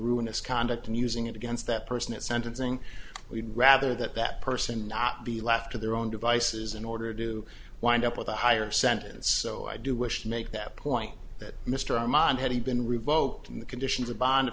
ruinous conduct and using it against that person at sentencing we'd rather that that person not be left to their own devices in order to wind up with a higher sentence so i do wish to make that point that mr armand had he been revoked in the conditions of bond